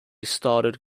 started